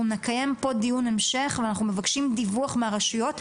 נקיים פה דיון המשך ואנחנו מבקשים דיווח מהרשויות,